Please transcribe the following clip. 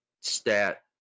stat